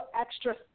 extra